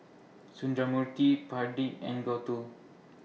Sundramoorthy Pradip and Gouthu